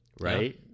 right